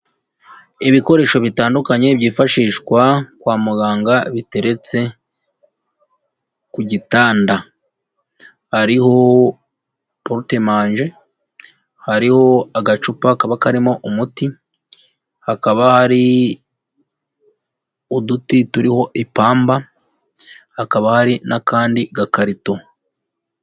Ibikoresho bitandukanye byifashishwa kwa muganga, biteretse ku gitanda, ariho portemange, hariho agacupa kaba karimo umuti, hakaba hari uduti turiho ipamba, hakaba hari n'akandi gakarito.